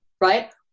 Right